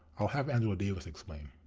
i'll have angela davis explain.